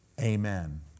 Amen